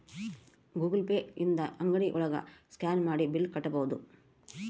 Google Pay ಇಂದ ಅಂಗ್ಡಿ ಒಳಗ ಸ್ಕ್ಯಾನ್ ಮಾಡಿ ಬಿಲ್ ಕಟ್ಬೋದು